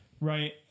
Right